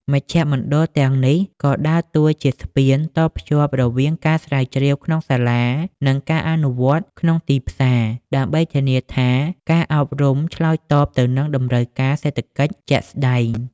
មជ្ឈមណ្ឌលទាំងនេះក៏ដើរតួជា "ស្ពាន" តភ្ជាប់រវាងការស្រាវជ្រាវក្នុងសាលា និងការអនុវត្តក្នុងទីផ្សារ ដើម្បីធានាថាការអប់រំឆ្លើយតបទៅនឹងតម្រូវការសេដ្ឋកិច្ចជាក់ស្ដែង។